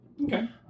Okay